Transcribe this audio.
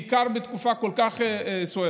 בעיקר בתקופה כל כך סוערת.